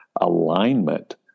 alignment